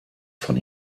von